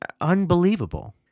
unbelievable